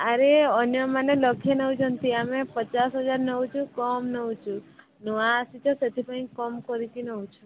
ଆରେ ଅନ୍ୟମାନେ ଲକ୍ଷେ ନେଉଛନ୍ତି ଆମେ ପଚାଶ ହଜାର ନଉଛୁ କମ୍ ନଉଛୁ ନୂଆ ଆସିଛ ସେଥିପାଇଁ କମ୍ କରିକି ନଉଛୁ